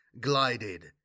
glided